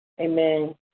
Amen